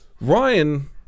Ryan